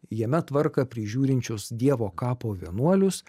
jame tvarką prižiūrinčius dievo kapo vienuolius